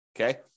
okay